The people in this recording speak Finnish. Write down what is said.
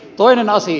toinen asia